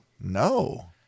no